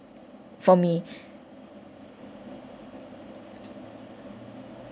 for me